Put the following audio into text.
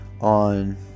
on